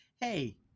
hey